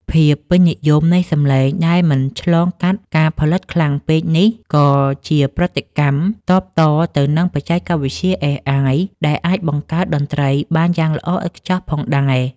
ភាពពេញនិយមនៃសម្លេងដែលមិនឆ្លងកាត់ការផលិតខ្លាំងពេកនេះ ក៏ជាប្រតិកម្មតបតទៅនឹងបច្ចេកវិទ្យា AI ដែលអាចបង្កើតតន្ត្រីបានយ៉ាងល្អឥតខ្ចោះផងដែរ។